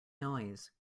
noise